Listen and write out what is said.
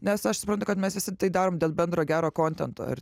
nes aš suprantu kad mes visi tai darom dėl bendro gero kontento ir